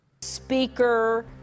Speaker